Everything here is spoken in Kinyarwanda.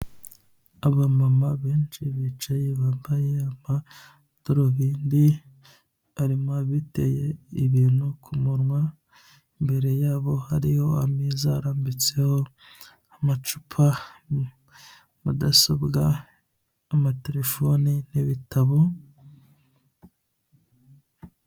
Abamama benshi bicaye bambaye amadarubundi, harimo abiteye ibintu ku munwa, imbere yabo hariho ameza arambitseho, amacupa, mudasobwa, amaterefone n'ibitabo.